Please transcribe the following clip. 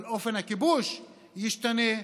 אבל אופן הכיבוש ישתנה,